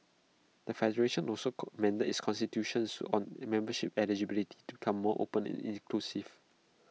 the federation also amended its constitutions on remembership eligibility to can more open and inclusive